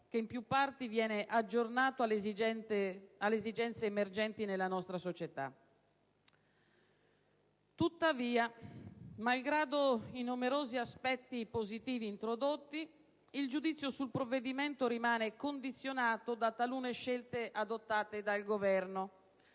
che in più parti viene aggiornato alle esigenze emergenti nella nostra società. Tuttavia, malgrado i numerosi aspetti positivi introdotti, il giudizio sul provvedimento rimane condizionato da talune scelte adottate dal Governo,